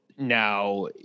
Now